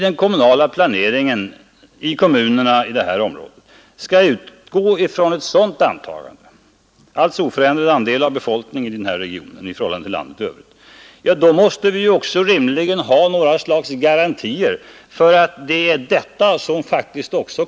Men om vi i planeringen ute i kommunerna i detta Onsdagen den område skall utgå från ett sådant antagande, alltså oförändrad andel av 19 april 1972 befolkningen i denna region i förhållande till landet i övrigt, så måste vi ———. också ha något slags garantier för att det är detta som kommer att ske.